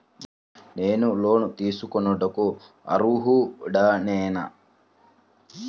నేను లోన్ తీసుకొనుటకు అర్హుడనేన?